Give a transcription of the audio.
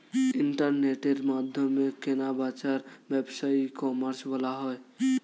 ইন্টারনেটের মাধ্যমে কেনা বেচার ব্যবসাকে ই কমার্স বলা হয়